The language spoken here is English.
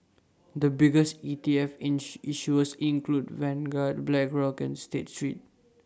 the biggest E T F ins issuers include Vanguard Blackrock and state street